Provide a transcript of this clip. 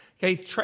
Okay